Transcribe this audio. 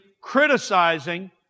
criticizing